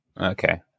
Okay